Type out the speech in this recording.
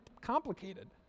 complicated